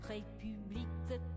République